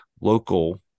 local